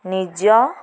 ନିଜ